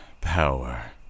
power